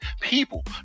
people